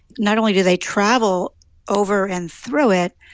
not only do they travel over and through it,